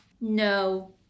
No